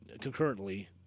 concurrently